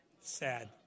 Sad